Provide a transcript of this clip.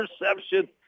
interception